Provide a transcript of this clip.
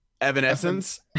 evanescence